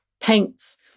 paints